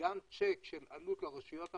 גם צ'ק על העלות לרשויות המקומיות,